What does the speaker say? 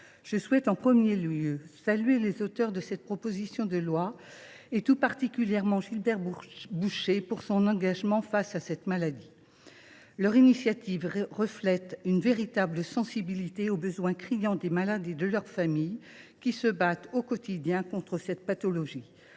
Je tiens tout d’abord à saluer les auteurs de ce texte – tout particulièrement Gilbert Bouchet pour son engagement face à cette maladie. Leur initiative témoigne d’une véritable sensibilité aux besoins criants des malades et de leurs familles, qui se battent au quotidien contre cette pathologie.